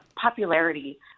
popularity